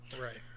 right